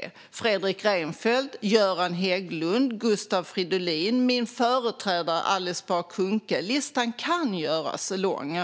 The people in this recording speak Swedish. Det har Fredrik Reinfeldt, Göran Hägglund, Gustav Fridolin och min företrädare Alice Bah Kuhnke gjort. Listan kan göras lång.